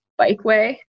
bikeway